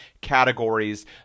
categories